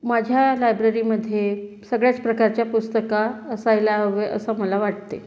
माझ्या लायब्ररीमध्ये सगळ्याच प्रकारच्या पुस्तक असायला हवे असे मला वाटते